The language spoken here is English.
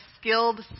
skilled